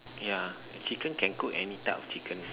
ya chicken can cook any type of chicken